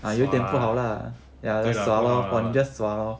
sua lah 对 lah sua lah